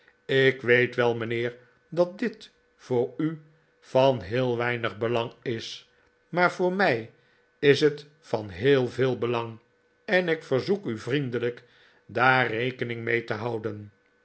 ik weet wel mijnheer dat dit voor u van heel weinig belang is maar voor mij is het van heel veel belang en ik verzoek u vriendelijk daar rebening mee te houden